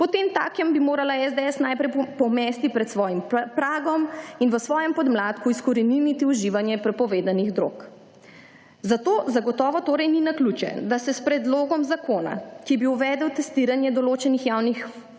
Potemtakem bi morala SDS najprej pomesti pred svojim pragom in v svojem podmladku izkoreniniti uživanje prepovedanih drog. Zato zagotovo torej ni naključje, da se s predlogom zakona, ki bi uvedel testiranje določenih javnih